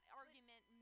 argument